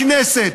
הכנסת,